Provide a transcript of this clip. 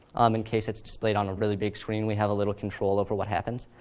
um in case it's displayed on a really big screen, we have a little control over what happens.